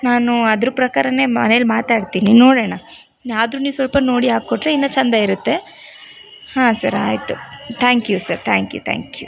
ನಾನು ಅದ್ರ ಪ್ರಕಾರನೇ ಮನೆಯಲ್ಲಿ ಮಾತಾಡ್ತೀನಿ ನೋಡೋಣ ಆದ್ರೂ ನೀವು ಸ್ವಲ್ಪ ನೋಡಿ ಹಾಕ್ಕೊಟ್ಟರೆ ಇನ್ನು ಚೆಂದ ಇರುತ್ತೆ ಹಾಂ ಸರ್ ಆಯಿತ thank you sir thank you thank you